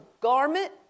garment